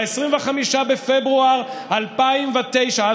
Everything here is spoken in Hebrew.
ב-25 בפברואר 2009,